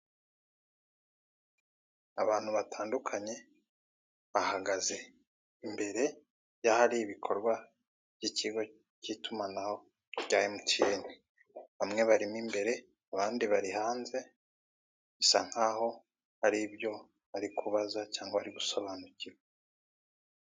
Abantu batandukanye bahangaze imbere y'ahari ibikorwa by'ikigo k'itumanaho cya emutiyeni, bamwe bari mo imbere abandi bari hanze, bisa n'aho hari inyo bari kubaza cyangwa gusobanukirwa.